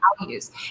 values